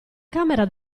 camera